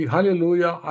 Hallelujah